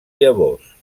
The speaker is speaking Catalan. llavors